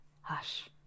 Hush